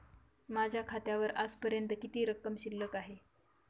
माझ्या खात्यावर आजपर्यंत किती रक्कम शिल्लक आहे?